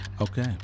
Okay